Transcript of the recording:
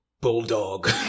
Bulldog